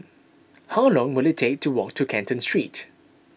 how long will it take to walk to Canton Street